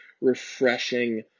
refreshing